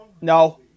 No